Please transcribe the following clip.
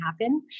happen